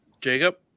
Jacob